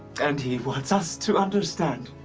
and he wants us to understand.